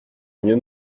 mieux